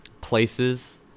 places